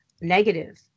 negative